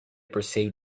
perceived